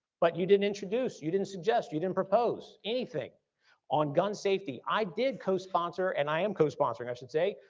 but you didn't introduce, you didn't suggest, you didn't propose anything on gun safety. i did co-sponsor and i am co-sponsoring i should say,